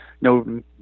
no